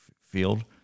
field